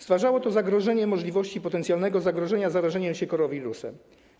Stwarzało to zagrożenie, możliwość potencjalnego zagrożenia zarażeniem się koronawirusem.